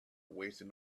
wasted